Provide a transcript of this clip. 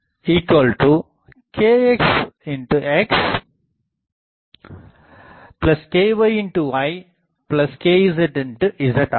r kxxkyykzz ஆகும்